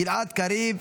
גלעד קריב,